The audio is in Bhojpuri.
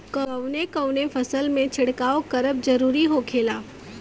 कवने कवने फसल में छिड़काव करब जरूरी होखेला?